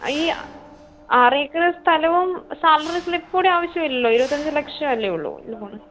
ഈ ആറേക്കർ സ്ഥലവും സാലറി സ്ലിപ്പുംകൂടെ ആവശ്യമില്ലല്ലോ ഇരുപത്തിയഞ്ച് ലക്ഷമല്ലേയുള്ളൂ